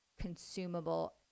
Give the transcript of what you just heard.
consumable